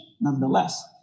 Nonetheless